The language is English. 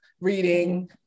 reading